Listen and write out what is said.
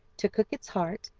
to cook its heart,